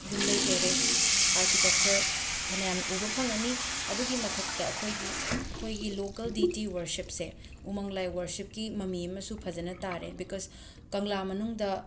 ꯌꯨꯝꯂꯩ ꯀꯩꯔꯩ ꯑꯥꯔꯀꯤꯇꯦꯛꯆꯔ ꯐꯅꯌꯥꯝ ꯎꯕ ꯐꯪꯉꯅꯤ ꯑꯗꯨꯒꯤ ꯃꯊꯛꯇ ꯑꯩꯈꯣꯏꯒꯤ ꯑꯩꯈꯣꯏꯒꯤ ꯂꯣꯀꯜ ꯗꯤꯇꯤ ꯋꯔꯁꯤꯞꯁꯦ ꯎꯃꯪ ꯂꯥꯏ ꯋꯔꯁꯤꯞꯀꯤ ꯃꯃꯤ ꯑꯃꯁꯨ ꯐꯖꯅ ꯇꯥꯔꯦ ꯕꯤꯀꯁ ꯀꯪꯂꯥ ꯃꯅꯨꯡꯗ